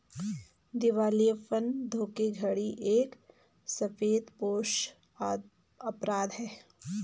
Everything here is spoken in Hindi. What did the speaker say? दिवालियापन धोखाधड़ी एक सफेदपोश अपराध है